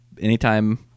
anytime